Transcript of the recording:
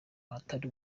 ahatari